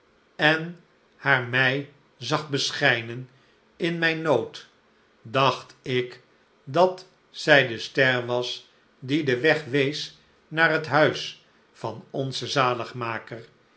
en haar mij zag beschijnen in mijn nood dacht ik dat zij de ster was die den weg wees naar net huis van onzen